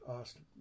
Austin